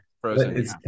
Frozen